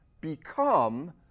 Become